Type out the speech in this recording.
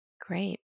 Great